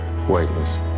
weightless